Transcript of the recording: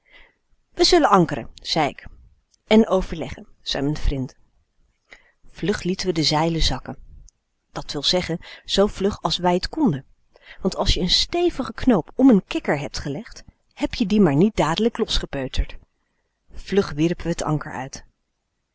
we zullen ankeren zei ik en overleggen zei m'n vrind vlug lieten we de zeilen zakken dat wil zeggen zoo vlug als w ij t konden want als je n stevige knoop om n kikker hebt gelegd heb je die maar niet dadelijk losgepeuterd vlug wierpen we het anker uit